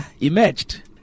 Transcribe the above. emerged